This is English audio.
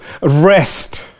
rest